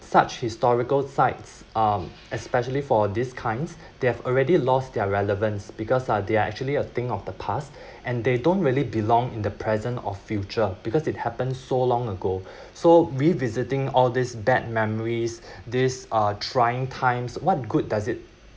such historical sites um especially for these kinds they have already lost their relevance because uh they are actually a thing of the past and they don't really belong in the present or future because it happened so long ago so revisiting all these bad memories this uh trying times what good does it